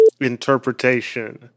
interpretation